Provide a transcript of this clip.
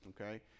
Okay